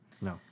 No